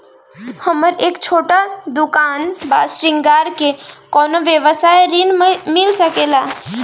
हमर एक छोटा दुकान बा श्रृंगार के कौनो व्यवसाय ऋण मिल सके ला?